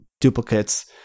duplicates